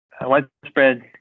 widespread